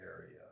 area